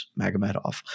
Magomedov